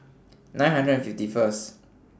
nine hundred and fifty First